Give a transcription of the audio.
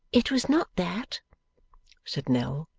it was not that said nell,